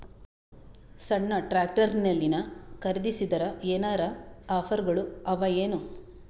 ಸಣ್ಣ ಟ್ರ್ಯಾಕ್ಟರ್ನಲ್ಲಿನ ಖರದಿಸಿದರ ಏನರ ಆಫರ್ ಗಳು ಅವಾಯೇನು?